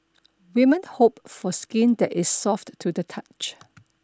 women hope for skin that is soft to the touch